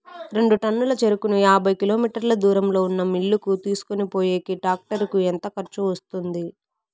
రెండు టన్నుల చెరుకును యాభై కిలోమీటర్ల దూరంలో ఉన్న మిల్లు కు తీసుకొనిపోయేకి టాక్టర్ కు ఎంత ఖర్చు వస్తుంది?